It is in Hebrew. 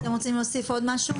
אתם רוצים להוסיף עוד משהו?